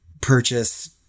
purchase